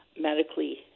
medically